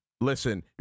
listen